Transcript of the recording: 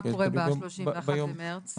מה קורה ב-31 במרץ?